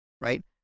right